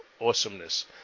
Awesomeness